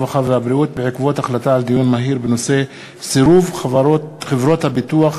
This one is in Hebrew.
הרווחה והבריאות להכנה לקריאה שנייה ושלישית.